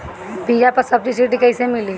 बीया पर सब्सिडी कैसे मिली?